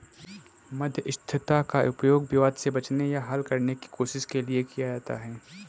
मध्यस्थता का उपयोग विवाद से बचने या हल करने की कोशिश के लिए किया जाता हैं